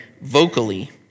vocally